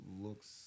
looks